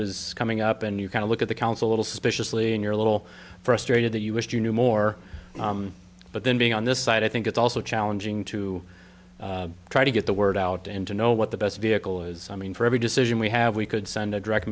is coming up and you kind of look at the council little suspiciously in your little frustrated that you wish you knew more but then being on this side i think it's also challenging to try to get the word out and to know what the best vehicle is i mean for every decision we have we could send a direct